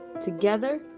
Together